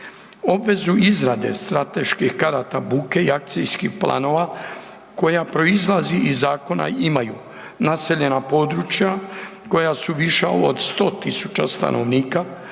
Obvezu izradu strateških karata buke i akcijskih planova koja proizlazi iz zakona imaju naseljena područja koja su viša od 100.000 stanovnika,